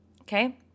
okay